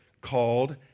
called